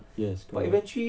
yes correct